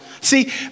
See